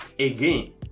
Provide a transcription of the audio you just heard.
again